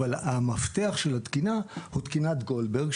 אבל המפתח של התקינה הוא תקינת גולדברג,